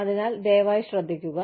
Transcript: അതിനാൽ ദയവായി ശ്രദ്ധിക്കുക